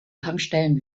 tankstellen